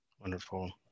Wonderful